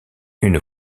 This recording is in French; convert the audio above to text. une